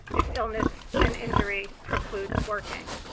if illness and injury precludes working.